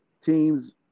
teams